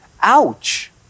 ouch